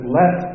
let